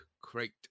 crate